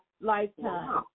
lifetime